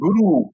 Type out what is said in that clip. Guru